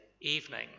evening